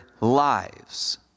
lives